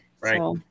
Right